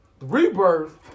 Rebirth